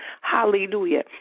Hallelujah